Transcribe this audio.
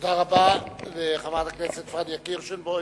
תודה רבה לחברת הכנסת פניה קירשנבאום.